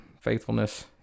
Faithfulness